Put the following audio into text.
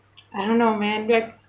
I don't know man but